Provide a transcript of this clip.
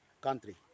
country